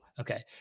okay